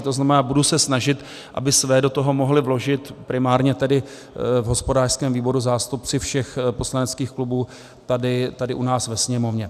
To znamená, budu se snažit, aby své do toho mohli vložit primárně tedy v hospodářském výboru zástupci všech poslaneckých klubů tady u nás ve Sněmovně.